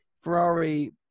Ferrari